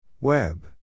Web